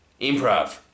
Improv